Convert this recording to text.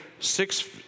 six